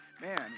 Man